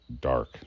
dark